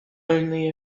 only